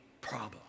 problem